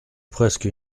presque